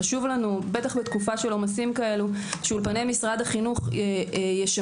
חשוב לנו בטח בתקופה של עומסים כאלה שאולפני משרד החינוך ישמשו